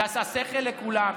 זה עשה שכל לכולם.